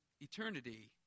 Eternity